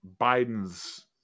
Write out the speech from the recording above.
biden's